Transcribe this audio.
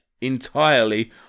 entirely